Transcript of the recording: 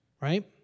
right